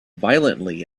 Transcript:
violently